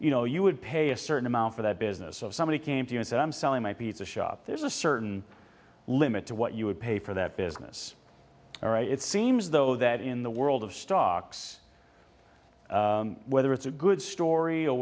you know you would pay a certain amount for that business so if somebody came to us and i'm selling my pizza shop there's a certain limit to what you would pay for that business all right it seems though that in the world of stocks whether it's a good story or